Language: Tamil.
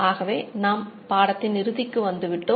ஆகவே நாம் பாடத்தின் இறுதிக்கு வந்துவிட்டோம்